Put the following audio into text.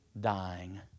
dying